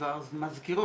פניות שירות,